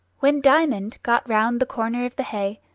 when diamond got round the corner of the hay,